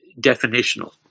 definitional